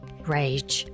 Rage